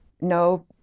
No